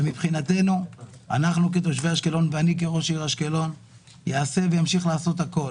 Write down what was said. אנחנו כתושבי אשקלון ואני כראש עיריית אשקלון אעשה ואמשיך לעשות הכול